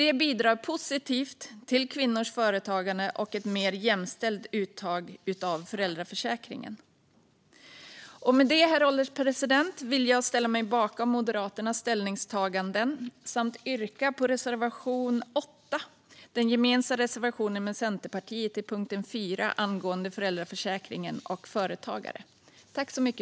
Detta bidrar positivt till kvinnors företagande och ett mer jämställt uttag av föräldraförsäkringen. Med detta, herr ålderspresident, vill jag ställa mig bakom Moderaternas ställningstaganden och yrka bifall till reservation 8 under punkt 4, som vi har tillsammans med Centerpartiet, angående föräldraförsäkringen och företagare.